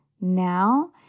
now